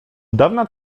dawna